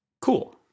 Cool